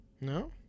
No